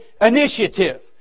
initiative